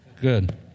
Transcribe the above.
Good